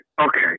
okay